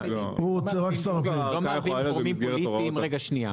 רגע שנייה,